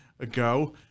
ago